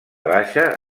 baixa